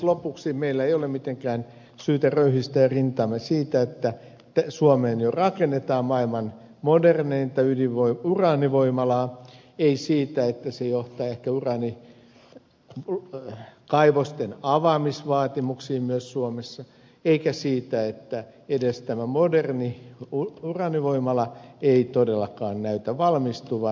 lopuksi meillä ei ole mitenkään syytä röyhistää rintaamme siitä että suomeen jo rakennetaan maailman moderneinta uraanivoimalaa ei siitä että se johtaa ehkä uraanikaivosten avaamisvaatimuksiin myös suomessa eikä siitä että edes tämä moderni uraanivoimala ei todellakaan näytä valmistuvan